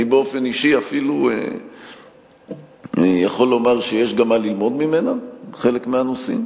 אני באופן אישי אפילו יכול לומר שיש גם מה ללמוד ממנה בחלק מהנושאים,